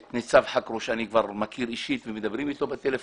את ניצב חכרוש אני מכיר אישית ומדבר אתו בטלפון